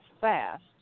fast